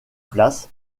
place